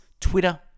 Twitter